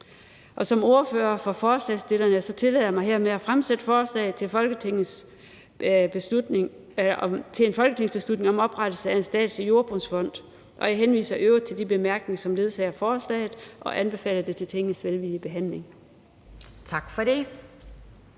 Som ordfører for forslagsstillerne tillader jeg mig hermed at fremsætte et forslag til folketingsbeslutning om oprettelse af en statslig jordbrugsfond, og jeg henviser i øvrigt til de bemærkninger, som ledsager forslaget, og anbefaler det til Tingets velvillige behandling. Kl.